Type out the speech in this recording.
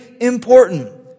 important